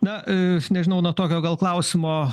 na nežinau nuo tokio gal klausimo